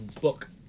book